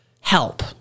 help